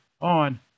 on